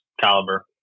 caliber